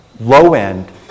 low-end